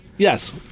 Yes